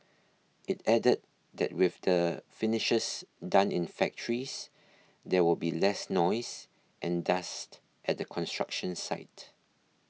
it added that with the finishes done in factories there will be less noise and dust at the construction site